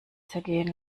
zergehen